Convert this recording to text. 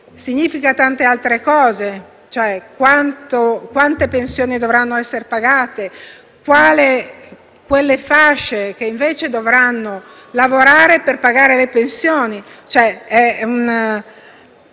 implica tante altre cose: quante pensioni dovranno essere pagate, quali sono le fasce che invece dovranno lavorare per pagare le pensioni.